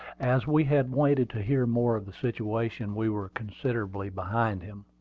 as we had waited to hear more of the situation, we were considerably behind him.